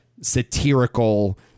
satirical